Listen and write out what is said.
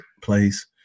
place